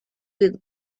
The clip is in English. with